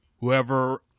whoever